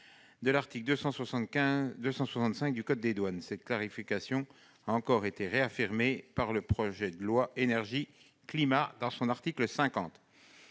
de l'article 265 du code des douanes. Cette clarification a encore été réaffirmée par la loi relative à l'énergie et au climat, dans son article 50.